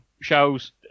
shows